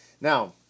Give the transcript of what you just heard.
Now